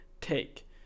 take